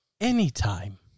anytime